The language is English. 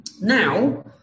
Now